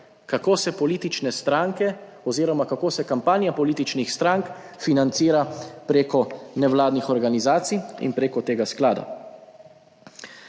"Kako se politične stranke, oz. kako se kampanja političnih strank financira preko nevladnih organizacij in preko tega sklada?"